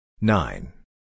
nine